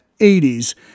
80s